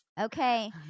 Okay